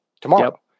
tomorrow